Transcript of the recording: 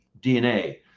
dna